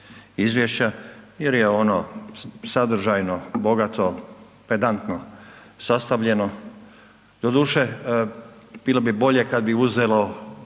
izvješća jer je ono sadržajno bogato, pedantno sastavljeno. Doduše bilo bi bolje kad bi uzelo